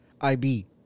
IB